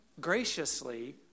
graciously